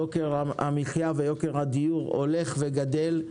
יוקר המחיה ויוקר הדיור הולך וגדל,